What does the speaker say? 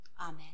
Amen